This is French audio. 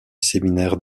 séminaire